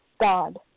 God